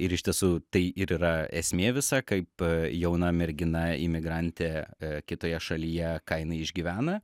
ir iš tiesų tai ir yra esmė visa kaip jauna mergina imigrantė kitoje šalyje ką jinai išgyvena